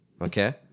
Okay